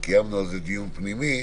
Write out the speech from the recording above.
וקיימנו על זה דיון פנימי,